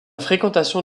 fréquentation